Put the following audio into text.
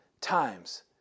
times